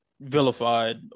vilified